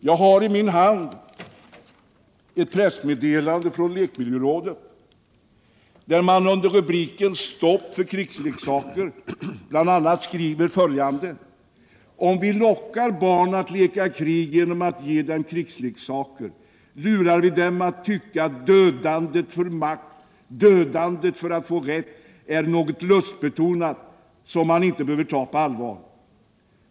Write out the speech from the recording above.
Jag har i min hand ett pressmeddelande från lekmiljörådet där man under rubriken ”STOPP för krigsleksaker” bl.a. skriver följande: ”Om vi lockar barn att leka krig genom att ge dem krigsleksaker lurar vi dem att tycka att dödandet för makt, dödandet för att få rätt, är något lustbetonat, som man inte behöver ta på allvar.